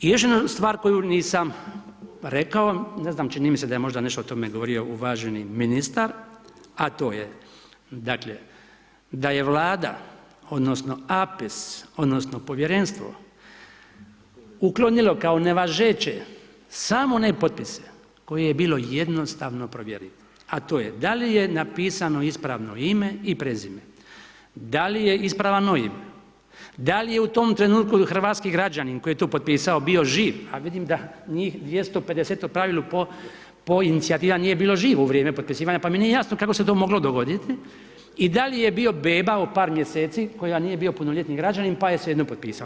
I još jednu stvar koju nisam rekao ne znam čini mi se da je možda nešto o tome govorio uvaženi ministar, a to je dakle da je Vlada odnosno APIS odnosno povjerenstvo uklonilo kap nevažeće samo one potpise koje je bilo jednostavno provjeriti, a to je da li napisano ispravno ime i prezime, da li je ispravan OIB, da li je u tom trenutku hrvatski građanin koji je to potpisao bio živ, a vidim da njih 250 u pravilu po inicijativa nije bila živ u vrijeme potpisivanja pa mi nije jasno kako se je to moglo dogoditi i da li je bio beba ovo par mjeseci koja nije bio punoljetni građanin pa je svejedno potpisao.